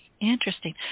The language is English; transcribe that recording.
Interesting